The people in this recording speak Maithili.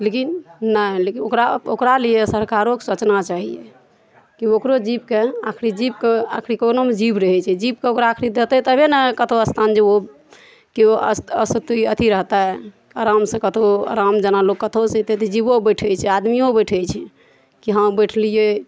लेकिन नहि लेकिन ओकरा ओकरा लिये सरकारोके सोचबाक चाहिए की ओकरो जीबके आखिर जीबके आखरी कोनोमे जीब रहै छै जीबके ओकरा आखरी देतै तहने ने कतौ स्थान जे कि ओ अस असथी अथी रहतै आराम सऽ कतहु आराम जेना लोक कतहु अयतै तऽ जीबो बैसे छै आदमीयो बैसै छै कि हँ बैसलियै